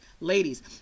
Ladies